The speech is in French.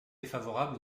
défavorable